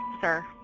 sir